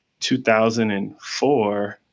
2004 –